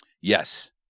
Yes